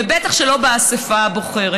ובטח שלא באספה הבוחרת.